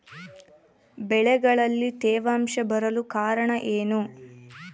ಬೆಳೆಗಳಲ್ಲಿ ತೇವಾಂಶ ಬರಲು ಕಾರಣ ಏನು?